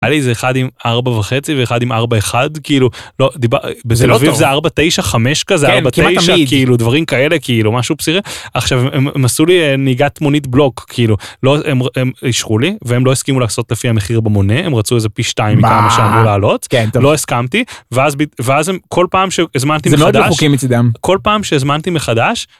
איזה אחד עם ארבע וחצי ואחד עם ארבע אחד, כאילו לא דיברתי בזה ארבע תשע חמש כזה ארבע תשע כאילו דברים כאלה כאילו משהו בסדר, עכשיו הם עשו לי נהיגת מונית בלוק כאילו, הם אישרו לי והם לא הסכימו לעשות לפי המחיר במונה הם רצו על זה פי שתיים מכמה שאמור לעלות, לא הסכמתי, ואז כל פעם שהזמנתי מחדש כל פעם שהזמנתי מחדש.